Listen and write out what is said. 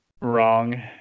Wrong